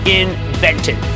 invented